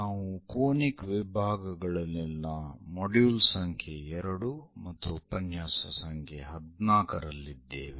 ನಾವು ಕೋನಿಕ್ ವಿಭಾಗಗಳಲ್ಲಿನ ಮಾಡ್ಯೂಲ್ ಸಂಖ್ಯೆ 2 ಮತ್ತು ಉಪನ್ಯಾಸ ಸಂಖ್ಯೆ 14 ರಲ್ಲಿದ್ದೇವೆ